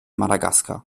madagaskar